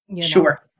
Sure